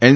N